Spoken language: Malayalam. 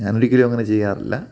ഞാനൊരിക്കലും അങ്ങനെ ചെയ്യാറില്ല